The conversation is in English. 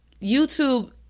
YouTube